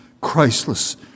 Christless